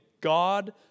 God